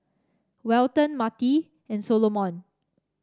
Welton Matie and Solomon